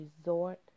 resort